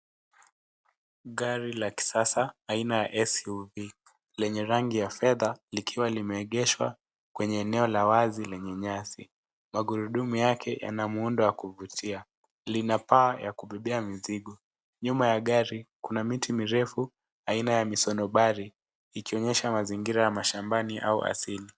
Gari la kisasa aina ya SUV lenye rangi ya fedha likiwa limeegeshwa kwenye eneo la wazi lenye nyasi. Magurudumu yake yana muundo wa kuvutia. Lina paa ya kubeba mizigo. Nyuma ya gari kuna miti mirefu aina ya misonombari likionyesha mazingira ya mashambani.